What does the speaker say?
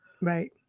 Right